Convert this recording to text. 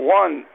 one